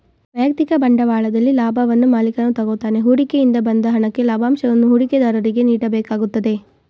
ವೈಯಕ್ತಿಕ ಬಂಡವಾಳದಲ್ಲಿ ಲಾಭವನ್ನು ಮಾಲಿಕನು ತಗೋತಾನೆ ಹೂಡಿಕೆ ಇಂದ ಬಂದ ಹಣಕ್ಕೆ ಲಾಭಂಶವನ್ನು ಹೂಡಿಕೆದಾರರಿಗೆ ನೀಡಬೇಕಾಗುತ್ತದೆ